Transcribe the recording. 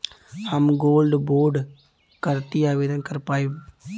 हम gold bond करती आवेदन कर पाईब?